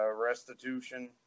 Restitution